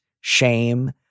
shame